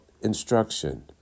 instruction